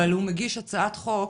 אבל הוא מגיש הצעת חוק,